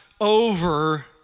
over